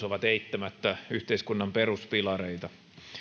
ovat eittämättä yhteiskunnan peruspilareita